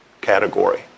category